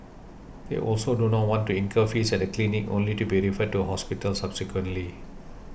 they also do not want to incur fees at a clinic only to be referred to a hospital subsequently